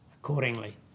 accordingly